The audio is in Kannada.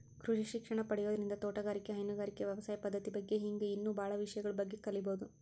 ಕೃಷಿ ಶಿಕ್ಷಣ ಪಡಿಯೋದ್ರಿಂದ ತೋಟಗಾರಿಕೆ, ಹೈನುಗಾರಿಕೆ, ವ್ಯವಸಾಯ ಪದ್ದತಿ ಬಗ್ಗೆ ಹಿಂಗ್ ಇನ್ನೂ ಬಾಳ ವಿಷಯಗಳ ಬಗ್ಗೆ ಕಲೇಬೋದು